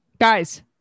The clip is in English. Guys